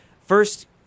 first